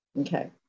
Okay